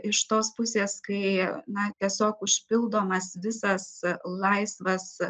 iš tos pusės kai na tiesiog užpildomas visas laisvas